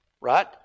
right